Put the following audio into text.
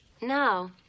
No